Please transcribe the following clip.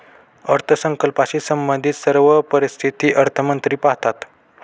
अर्थसंकल्पाशी संबंधित सर्व परिस्थिती अर्थमंत्री पाहतात